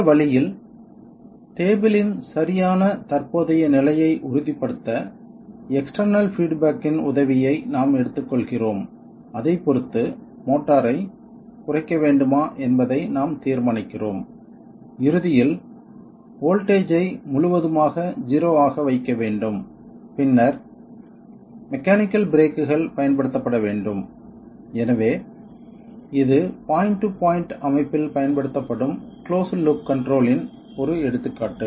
இந்த வழியில் டேபிள் இன் சரியான தற்போதைய நிலையை உறுதிப்படுத்த எக்ஸ்டெர்னல் பீட் பேக் இன் உதவியை நாம் எடுத்துக்கொள்கிறோம் அதைப் பொறுத்து மோட்டாரை குறைக்க வேண்டுமா என்பதை நாம் தீர்மானிக்கிறோம் இறுதியில் வோல்ட்டேஜ் ஐ முழுவதுமாக 0 ஆக வைக்க வேண்டும் பின்னர் மெக்கானிக்கல் பிரேக்குகள் பயன்படுத்தப்பட வேண்டும் எனவே இது பாயிண்ட் டு பாயிண்ட் அமைப்பில் பயன்படுத்தப்படும் கிளோஸ்ட் லூப் கன்ட்ரோல் இன் ஒரு எடுத்துக்காட்டு